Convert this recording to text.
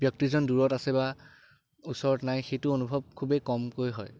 ব্যক্তিজন দূৰত আছে বা ওচৰত নাই সেইটো অনুভৱ খুবেই কমকৈ হয়